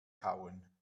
kauen